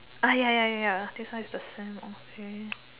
ah ya ya ya ya this one is the same okay